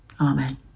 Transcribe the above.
Amen